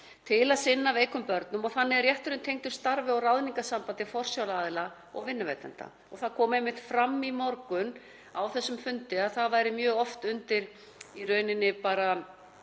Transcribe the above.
til að sinna veikum börnum og þannig er rétturinn tengdur starfi og ráðningarsambandi forsjáraðila og vinnuveitanda. Það kom einmitt fram á þessum fundi í morgun að það væri mjög oft undir bara